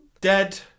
Dead